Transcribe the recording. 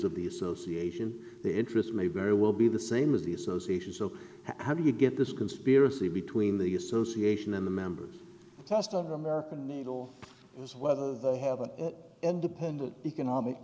of the association their interests may very well be the same as the association so how do you get this conspiracy between the association and the members test of american needle is whether they have an independent economic